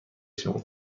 شما